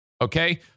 Okay